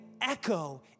echo